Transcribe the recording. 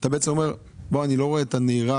ואתה בעצם אומר שאתה לא רואה את הנהירה